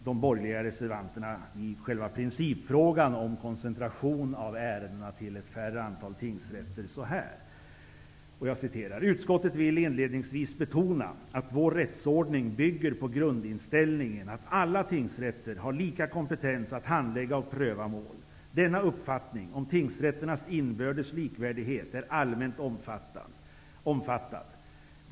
De borgerliga reservanterna skrev då så här i principfrågan om koncentration av ärendena till ett mindre antal tingsrätter: ''Utskottet vill inledningsvis betona att vår rättsordning bygger på grundinställningen att alla tingsrätter har lika kompetens att handlägga och pröva mål. Denna uppfattning om tingsrätternas inbördes likvärdighet är allmänt omfattad.